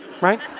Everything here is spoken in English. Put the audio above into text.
right